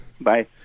Bye